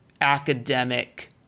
academic